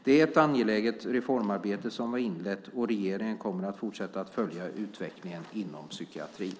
Det är ett angeläget reformarbete som vi har inlett och regeringen kommer att fortsätta att följa utvecklingen inom psykiatrin.